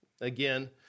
Again